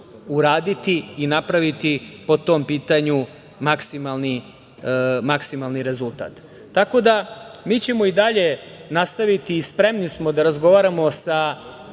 uraditi i napraviti po tom pitanju, maksimalni rezultat. Tako da mi ćemo i dalje nastaviti i spremni smo da razgovaramo sa